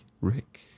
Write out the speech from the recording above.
rick